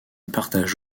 partage